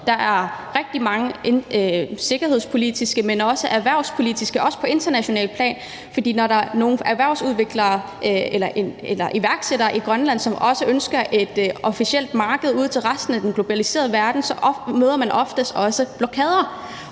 handler rigtig meget om det sikkerhedspolitiske, men også det erhvervspolitiske, også på internationalt plan, for når der er nogle iværksættere i Grønland, som også ønsker et officielt marked ud til resten af den globaliserede verden, møder man ofte blokader,